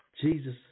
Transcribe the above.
Jesus